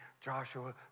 Joshua